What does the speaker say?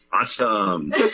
Awesome